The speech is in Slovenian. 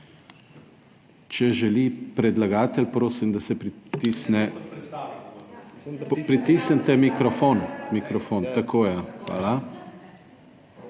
Če želi predlagatelj, prosim, da pritisnete mikrofon. Tako, ja. Hvala.